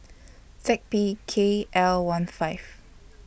Z P K L one five